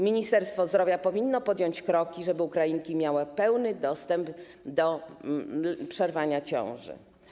Ministerstwo Zdrowia powinno podjąć kroki, żeby Ukrainki miały pełny dostęp do przerwania ciąży.